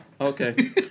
Okay